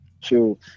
true